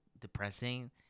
depressing